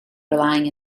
relying